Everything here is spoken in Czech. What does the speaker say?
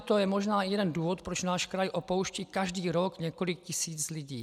To je možná jeden důvodů, proč náš kraj opouští každý rok několik tisíc lidí.